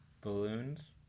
balloons